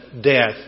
death